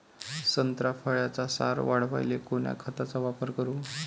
संत्रा फळाचा सार वाढवायले कोन्या खताचा वापर करू?